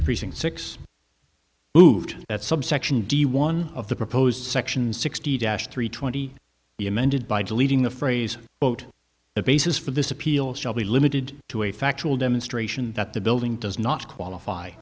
precinct six moved at subsection d one of the proposed section sixty dash three twenty the amended by deleting the phrase vote the basis for this appeal shall be limited to a factual demonstration that the building does not qualify